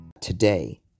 Today